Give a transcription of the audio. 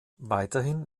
weiterhin